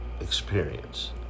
experience